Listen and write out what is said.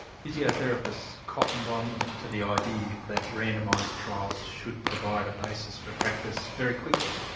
physiotherapists cottoned on to the idea that randomised trials should provide a basis for practice very quickly.